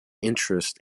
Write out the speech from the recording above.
interests